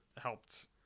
helped